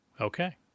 Okay